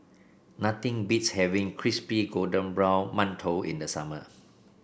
nothing beats having Crispy Golden Brown Mantou in the summer